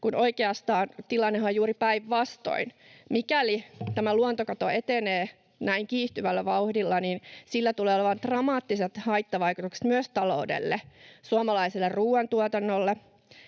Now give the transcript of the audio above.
oikeastaan tilannehan on juuri päinvastoin. Mikäli tämä luontokato etenee näin kiihtyvällä vauhdilla, niin sillä tulee olemaan dramaattiset haittavaikutukset myös taloudelle, suomalaiselle ruuantuotannolle